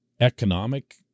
economic